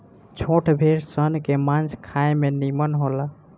छोट भेड़ सन के मांस खाए में निमन होला